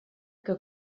que